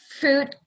Fruit